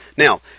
Now